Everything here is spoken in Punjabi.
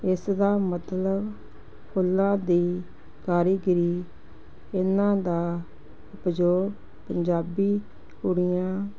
ਇਸ ਦਾ ਮਤਲਬ ਫੁੱਲਾਂ ਦੀ ਕਾਰੀਗਰੀ ਇਹਨਾਂ ਦਾ ਜੋ ਪੰਜਾਬੀ ਕੁੜੀਆਂ